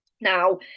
Now